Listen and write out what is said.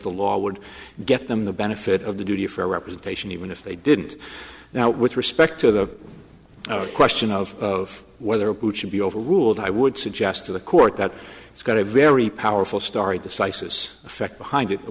the law would get them the benefit of the duty of fair representation even if they didn't now with respect to the question of whether it should be overruled i would suggest to the court that it's got a very powerful story the slices effect behind it